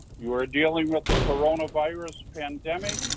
you are dealing with a coronavirus pandemic,